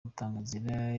inzira